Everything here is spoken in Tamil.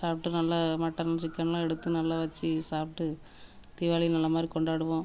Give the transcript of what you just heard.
சாப்பிட்டு நல்லா மட்டன் சிக்கன்லாம் எடுத்து நல்லா வச்சு சாப்பிட்டு தீபாவளி நல்லமாதிரி கொண்டாடுவோம்